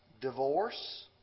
divorce